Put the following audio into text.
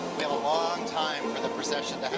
we have a long time for the procession